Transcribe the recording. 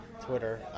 Twitter